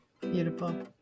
beautiful